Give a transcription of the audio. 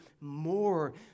more